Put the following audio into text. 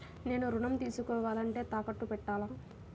నేను ఋణం తీసుకోవాలంటే తాకట్టు పెట్టాలా?